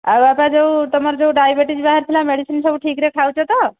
ଆଉ ବାପା ଯେଉଁ ତୁମର ଯେଉଁ ଡ଼ାଇବେଟିସ୍ ବାହାରିଥିଲା ମେଡ଼ିସିନ୍ ସବୁ ଠିକ୍ରେ ଖାଉଛ ତ